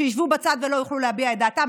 שישבו בצד ולא יוכלו להביע את דעתם,